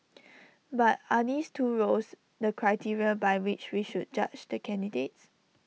but are these two roles the criteria by which we should judge the candidates